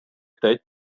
teď